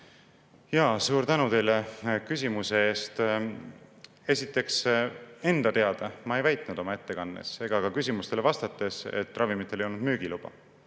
on? Suur tänu teile küsimuse eest! Esiteks, enda teada ma ei väitnud oma ettekandes ega ka küsimustele vastates, et neil ravimitel ei olnud müügiluba.